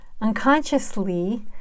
Unconsciously